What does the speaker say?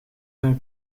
zijn